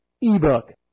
eBook